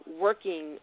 working